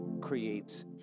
creates